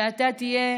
שאתה תהיה